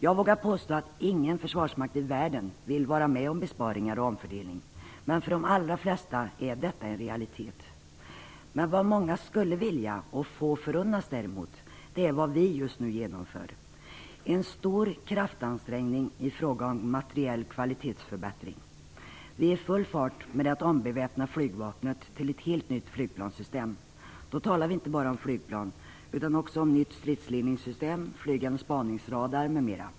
Jag vågar påstå att ingen försvarsmakt i världen vill vara med om besparingar och en omfördelning, men för de allra flesta är detta en realitet. Vad många skulle vilja och få förunnas är däremot vad vi just nu genomför. Det handlar om en stor kraftansträngning i fråga om materiell kvalitetsförbättring. Vi är i full färd med att ombeväpna flygvapnet till ett helt nytt flygplanssystem. Då talar vi inte bara om flygplan utan också om ett nytt stridsledningssystem med bl.a. flygande spaningsradar.